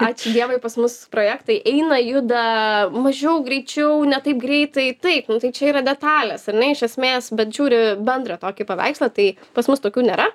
ačiū dievui pas mus projektai eina juda mažiau greičiau ne taip greitai taip nu tai čia yra detalės ar ne iš esmės bet žiūri bendrą tokį paveikslą tai pas mus tokių nėra